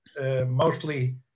mostly